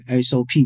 SOP